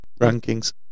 rankings